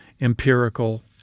empirical